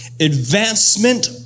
advancement